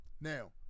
Now